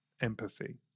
empathy